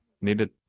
needed